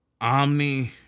omni